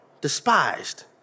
despised